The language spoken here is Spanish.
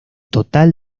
total